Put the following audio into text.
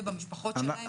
ובמשפחות שלהם.